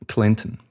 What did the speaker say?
Clinton